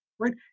right